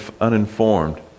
uninformed